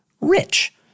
rich